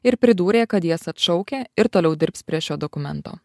ir pridūrė kad jas atšaukia ir toliau dirbs prie šio dokumento